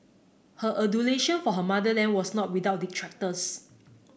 her adulation for her motherland was not without detractors